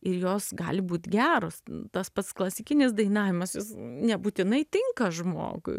ir jos gali būt geros tas pats klasikinis dainavimas jis nebūtinai tinka žmogui